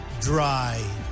dry